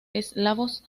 eslavos